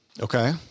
Okay